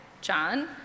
John